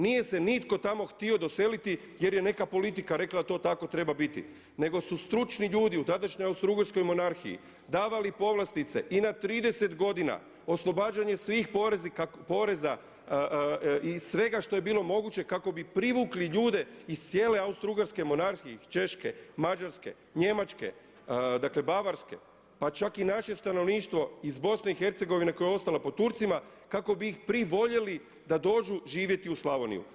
Nije se nitko tamo htio doseliti jer je neka politika rekla da to tako treba biti nego su stručni ljudi u tadašnjoj Austro-ugarskoj monarhiji davali povlastice i na 30 godina, oslobađanje svih poreza i sve što je bilo moguće kako bi privukli ljude iz cijele Austro-ugarske monarhije, Češke, Mađarske, Njemačke, dakle Bavarske, pa čak i naše stanovništvo iz BiH koja je ostala pod Turcima kako bi ih privoljeli da dođu živjeti u Slavoniju.